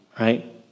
Right